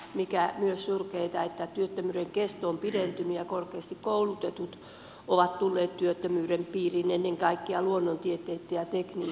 mikä myös surkeata työttömyyden kesto on pidentynyt ja korkeasti koulutetut ovat tulleet työttömyyden piiriin ennen kaikkea luonnontieteitten ja tekniikan alalla